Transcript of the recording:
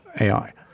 AI